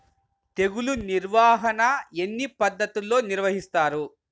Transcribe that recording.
తెగులు నిర్వాహణ ఎన్ని పద్ధతుల్లో నిర్వహిస్తారు?